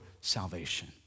salvation